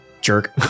jerk